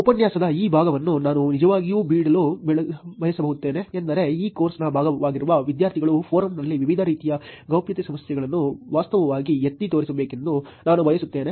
ಉಪನ್ಯಾಸದ ಈ ಭಾಗವನ್ನು ನಾನು ನಿಜವಾಗಿಯೂ ಬಿಡಲು ಬಯಸುತ್ತೇನೆ ಎಂದರೆ ಈ ಕೋರ್ಸ್ನ ಭಾಗವಾಗಿರುವ ವಿದ್ಯಾರ್ಥಿಗಳು ಫೋರಮ್ನಲ್ಲಿ ವಿವಿಧ ರೀತಿಯ ಗೌಪ್ಯತೆ ಸಮಸ್ಯೆಗಳನ್ನು ವಾಸ್ತವವಾಗಿ ಎತ್ತಿ ತೋರಿಸಬೇಕೆಂದು ನಾನು ಬಯಸುತ್ತೇನೆ